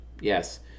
Yes